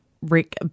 Rick